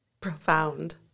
profound